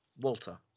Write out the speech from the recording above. Walter